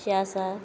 तशें आसा